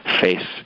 face